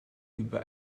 über